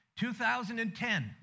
2010